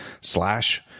slash